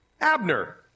Abner